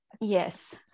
Yes